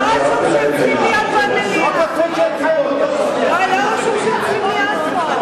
זה נראה כמו מפלגת קדימה,